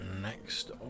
next